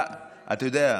אתה יודע,